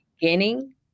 beginning